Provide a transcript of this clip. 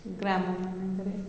ଗ୍ରାମ ମାନଙ୍କର